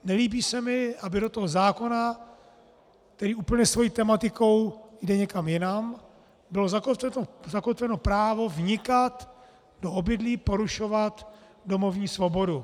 Nelíbí se mi, aby do toho zákona, který úplně svou tematikou jde někam jinam, bylo zakotveno právo vnikat do obydlí, porušovat domovní svobodu.